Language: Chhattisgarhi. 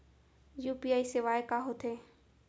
यू.पी.आई सेवाएं का होथे